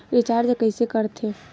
Recharge कइसे कर थे?